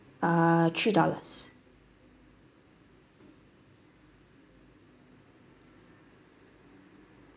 uh three dollars